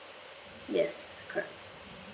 yes correct